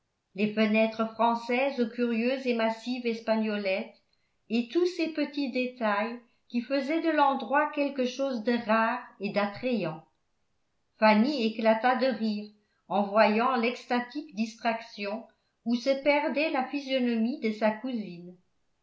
les fenêtres françaises aux curieuses et massives espagnolettes et tous ces petits détails qui faisaient de l'endroit quelque chose de rare et d'attrayant fanny éclata de rire en voyant l'extatique distraction où se perdait la physionomie de sa cousine